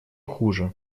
хуже